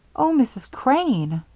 oh, mrs. crane!